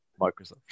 Microsoft